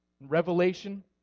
Revelation